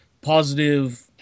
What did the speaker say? positive